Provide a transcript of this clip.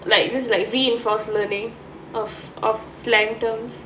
like this like reinforced learning of of slang terms